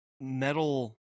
metal